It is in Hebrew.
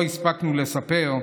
לא הספקנו לספר,